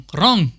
Wrong